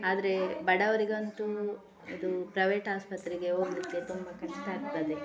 ಆದರೆ ಬಡವರಿಗಂತೂ ಅದು ಪ್ರೈವೇಟ್ ಆಸ್ಪತ್ರೆಗೆ ಹೋಗ್ಲಿಕ್ಕೆ ತುಂಬ ಕಷ್ಟ ಆಗ್ತದೆ